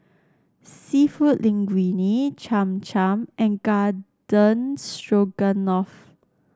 seafood Linguine Cham Cham and Garden Stroganoff